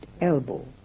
elbow